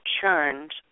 churned